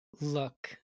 look